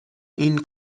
این